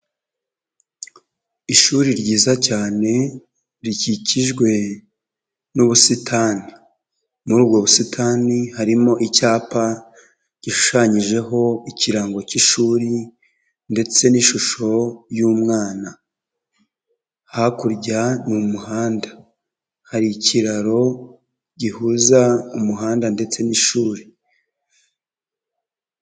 Ishuri ryiza cyane rikikijwe n'ubusitani, muri ubwo busitani harimo icyapa gishushanyijeho ikirango k'ishuri ndetse n'ishusho y'umwana, hakurya ni umuhanda, hari ikiraro gihuza umuhanda ndetse n'ishuri.